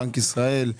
בנק ישראל,